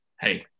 hey